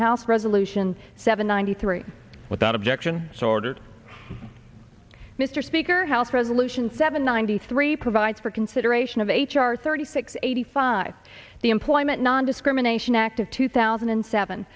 house resolution seven ninety three without objection sordid mr speaker house resolution seven ninety three provides for consideration of h r thirty six eighty five the employment nondiscrimination act of two thousand and seven